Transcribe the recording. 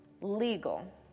legal